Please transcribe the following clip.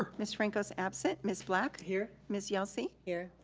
um miss franco's absent. ms. black. here. ms. yelsey. here.